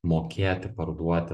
mokėti parduoti